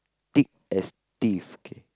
thick as thieves K